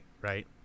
Right